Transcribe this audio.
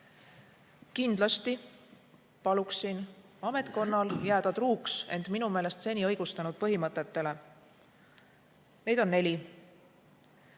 Kindlasti paluksin ametkonnal jääda truuks minu meelest seni end õigustanud põhimõtetele. Neid on neli.